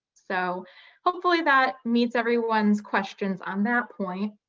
so hopefully that meets everyone's questions on that point.